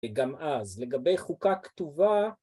וגם אז, לגבי חוקה כתובה..